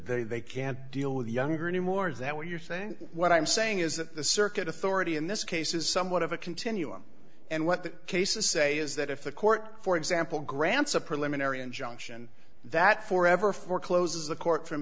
they they can't deal with the younger anymore is that what you're saying what i'm saying is that the circuit authority in this case is somewhat of a continuum and what the cases say is that if the court for example grants a preliminary injunction that for ever forecloses the court from